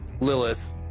Lilith